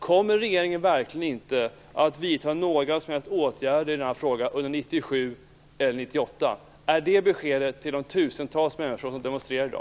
Kommer regeringen verkligen inte att vidta några som helst åtgärder i den här frågan under 1997 eller 1998? Är det beskedet till de tusentals människor som demonstrerar i dag?